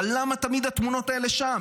אבל למה תמיד התמונות האלה שם?